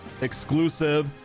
exclusive